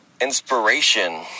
inspiration